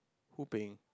who paying